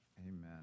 Amen